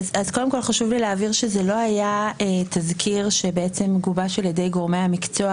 חשוב לי להבהיר שזה לא היה תזכיר שגובש על ידי גורמי המקצוע